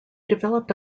developed